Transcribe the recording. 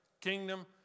Kingdom